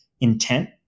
intent